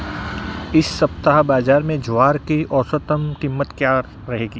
इस सप्ताह बाज़ार में ज्वार की औसतन कीमत क्या रहेगी?